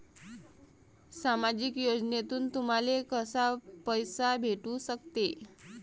सामाजिक योजनेतून तुम्हाले कसा पैसा भेटू सकते?